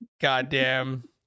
goddamn